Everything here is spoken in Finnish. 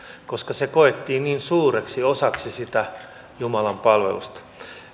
koska se koettiin niin suureksi osaksi jumalanpalvelusta